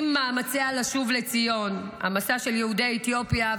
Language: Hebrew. עם מאמציה לשוב לציון, המסע של יהודי אתיופיה.